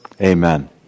Amen